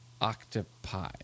octopi